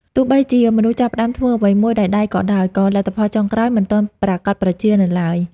ទោះបីជាមនុស្សចាប់ផ្ដើមធ្វើអ្វីមួយដោយដៃក៏ដោយ ក៏ លទ្ធផលចុងក្រោយ មិនទាន់ប្រាកដប្រជានៅឡើយ។